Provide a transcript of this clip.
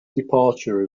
departure